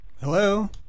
Hello